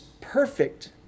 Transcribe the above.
perfect